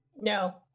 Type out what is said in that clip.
No